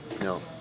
No